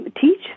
teach